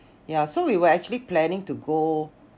ya so we were actually planning to go